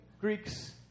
Greeks